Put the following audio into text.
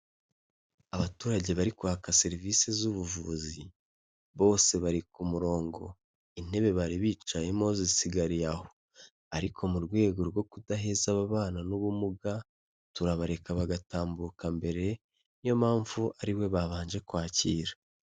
Abaturage bari kwaka serivisi z'ubuvuzi. Bose bari ku murongo. Intebe bari bicayemo zisigariye aho ariko mu rwego rwo kudaheza ababana n'ubumuga, turabareka bagatambuka mbere, niyo mpamvu ari we babanje kwakira.